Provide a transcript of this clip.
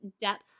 depth